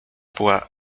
była